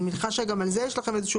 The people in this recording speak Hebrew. אני מניחה שגם על זה יש לכם איזה שהוא